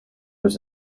was